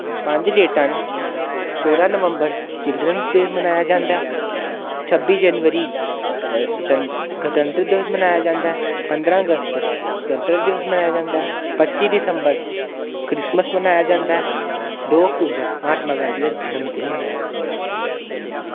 पंज डेटां न चौदां नवंबर चिल्ड्रन्स डे मनाया जांदा ऐ छब्बी जनबरी स्व गणतंत्र दिवस मनाया जांदा ऐ पंदरां अगस्त स्वंत्रता दिवस मनाया जांदा ऐ पच्ची दिसंबर क्रिसमिस मनाया जांदा ऐ दो अक्टूबर महात्मा गांधी दा जनम दिन मनाया जांदा ऐ